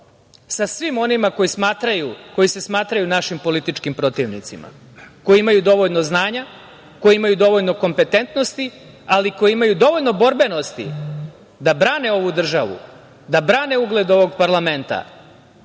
sa svima onima koji se smatraju našim političkim protivnicima, koji imaju dovoljno znanja, koji imaju dovoljno kompetentnosti, ali i koji imaju dovoljno borbenosti da brane ovu državu, da brane ugled ovog parlamenta